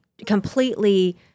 Completely